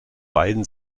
beiden